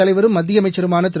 தலைவரும் மத்திய அமைச்சருமான திரு